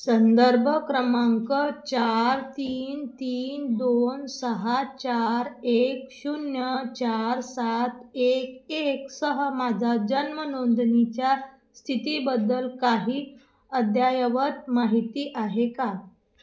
संदर्भ क्रमांक चार तीन तीन दोन सहा चार एक शून्य चार सात एक एकसह माझा जन्म नोंदणीच्या स्थितीबद्दल काही अद्ययावत माहिती आहे का